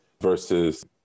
versus